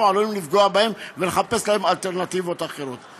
אנחנו עלולים לפגוע בהם ולחפש להם אלטרנטיבות אחרות.